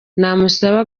namusaba